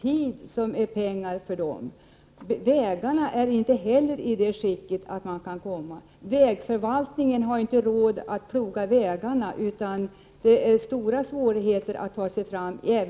Tid är pengar för dem. Vägarna är inte heller i framkomligt skick. Vägförvaltningen har inte råd att ploga vägarna. Det finns även denna vinter stora svårigheter att ta sig fram. Här